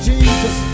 Jesus